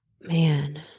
man